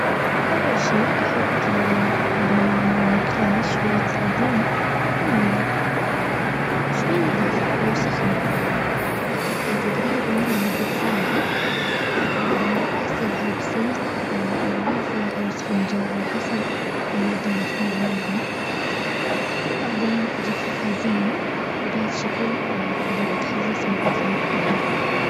اول شي احط بالمقلاة شوية صابون وموية شوي دافية او سخنة واتركها تقريبا لمدة ساعة بعدين اغسلها بسلك او ليفة او اسفنجة على حسب المادة المصنوعة منها وبعدين اجففها زين وبهالشكل اقدر اتخلص من اثار الحرق